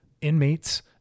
inmates